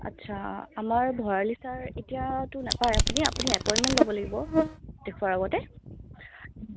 আচ্ছা আমাৰ ভৰালী চাৰ এতিয়াটো নাপায় আপুনি আপুনি এপইণ্টমেণত ল'ব লাগিব দেখুৱাৰ আগতে